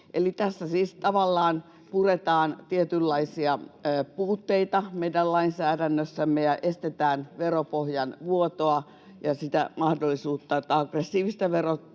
Eli tässä siis tavallaan puretaan tietynlaisia puutteita meidän lainsäädännössämme ja estetään veropohjan vuotoa ja sitä mahdollisuutta, että aggressiivista